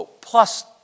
plus